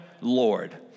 Lord